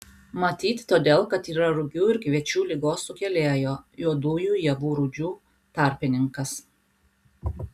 matyt todėl kad yra rugių ir kviečių ligos sukėlėjo juodųjų javų rūdžių tarpininkas